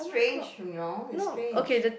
strange you know is strange